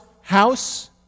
house